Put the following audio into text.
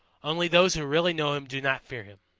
only those who really know him do not fear him.